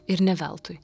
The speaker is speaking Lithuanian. ir ne veltui